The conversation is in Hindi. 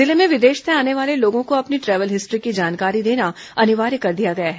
जिले में विदेश से आने वाले लोगों को अपनी टैवल डिस्टी की जानकारी देना अनिवार्य कर दिया गया है